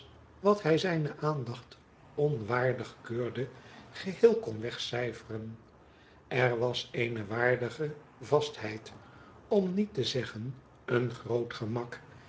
wat hij zijne aandacht onwaardig keurde geheel kon wegcijferen er was eene waardige vastheid om niet te zeggen een groot gemak